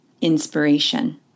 inspiration